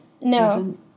No